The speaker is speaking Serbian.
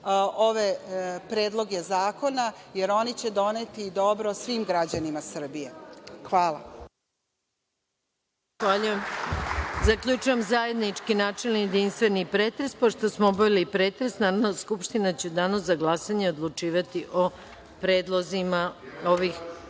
ove predloge zakona, jer oni će doneti dobro svim građanima Srbije. Hvala. **Maja Gojković** Zahvaljujem. Zaključujem zajednički načelni jedinstveni pretres. Pošto smo obavili pretres, Narodna skupština će u Danu za glasanje odlučivati o predlozima ovih